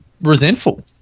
resentful